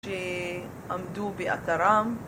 שעמדו באתרם